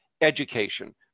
education